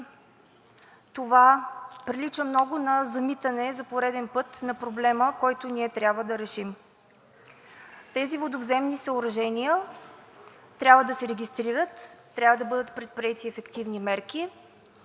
това прилича много на замитане за пореден път на проблема, който ние трябва да решим. Тези водовземни съоръжения трябва да се регистрират. Трябва да бъдат предприети ефективни мерки.